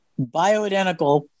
bioidentical